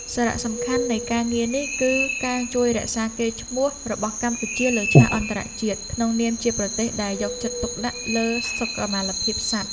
សារៈសំខាន់នៃការងារនេះគឺការជួយរក្សាកេរ្តិ៍ឈ្មោះរបស់កម្ពុជាលើឆាកអន្តរជាតិក្នុងនាមជាប្រទេសដែលយកចិត្តទុកដាក់លើសុខុមាលភាពសត្វ។